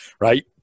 right